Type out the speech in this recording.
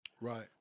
Right